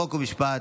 חוק ומשפט,